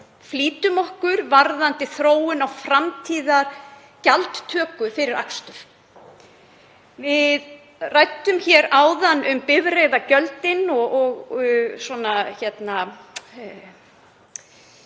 flýtum okkur varðandi þróun á framtíðargjaldtöku fyrir akstur. Við ræddum hér áðan um bifreiðagjöldin og svona — nú